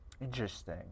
Interesting